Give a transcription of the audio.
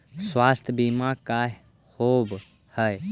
स्वास्थ्य बीमा का होव हइ?